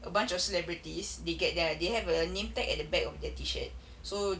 a bunch of celebrities they get their they have a name tag at the back of their T-shirt so